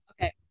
Okay